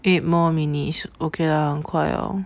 eight more minutes okay lah 很快了